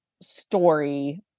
story